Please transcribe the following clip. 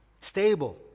Stable